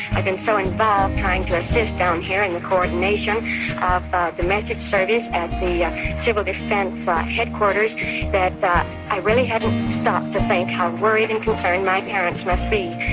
i've been so involved trying to assist down here in the coordination of domestic service at the yeah civil defense headquarters that that i really hadn't stopped to think how worried and concerned my parents must be.